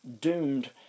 doomed